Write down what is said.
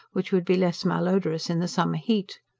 which would be less malodorous in the summer heat.